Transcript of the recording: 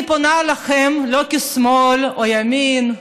אני פונה אליכם לא כשמאל או ימין,